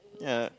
ya